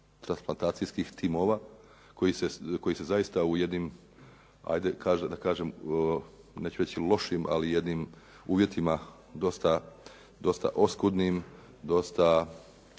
transplantacijskih timova koji se zaista u jednim ajde da kažem neću reći lošim ali jednim uvjetima dosta oskudnim, dosta,